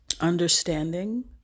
understanding